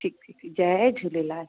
ठीकु ठीकु जय झूलेलाल